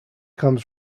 comes